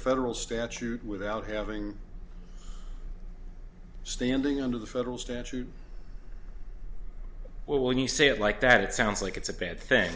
federal statute without having standing under the federal statute well when you say it like that it sounds like it's a bad thing